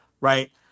right